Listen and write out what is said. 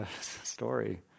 story